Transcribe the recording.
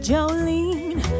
Jolene